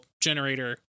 generator